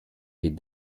est